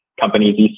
companies